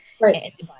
Right